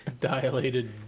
Dilated